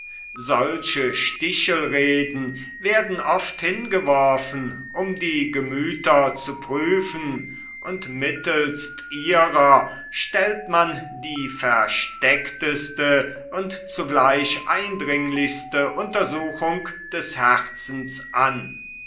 solche stichelreden werden oft hingeworfen um die gemüther zu prüfen und mittelst ihrer stellt man die versteckteste und zugleich eindringlichste untersuchung des herzens an